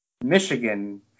michigan